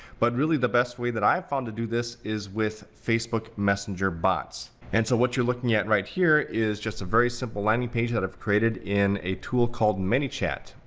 but really the best way that i have found to do this is with facebook messenger bots. and so what you're looking at right here is just a very simple landing page that i've created in a tool called manychat.